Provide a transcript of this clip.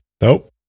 Nope